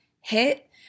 hit